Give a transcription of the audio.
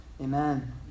Amen